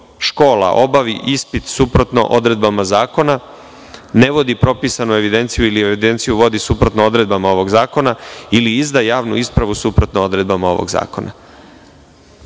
škola obavi ispit suprotno odredbama zakona, ne vodi propisanu evidenciju, evidenciju vodi suprotno odredbama ovog zakona ili izda javnu ispravu suprotno odredbama ovog zakona. Ono